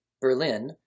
Berlin